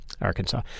Arkansas